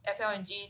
FLNG